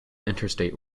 interstate